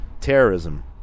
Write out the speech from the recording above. terrorism